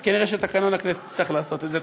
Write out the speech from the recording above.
אז כנראה תקנון הכנסת יצטרך לעשות את זה.